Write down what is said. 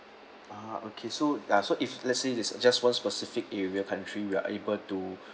ah okay so does so if let's say it's just one specific area country we are able to